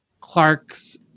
Clark's